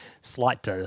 Slight